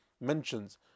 mentions